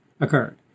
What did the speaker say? occurred